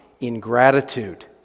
ingratitude